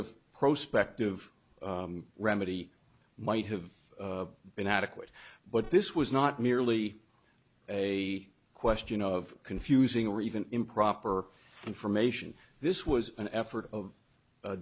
of prospect of remedy might have been adequate but this was not merely a question of confusing or even improper information this was an effort of